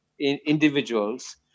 individuals